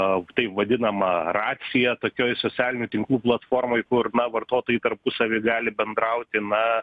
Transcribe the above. auk taip vadinamą raciją tokioj socialinių tinklų platformoj kur na vartotojai tarpusavy gali bendrauti na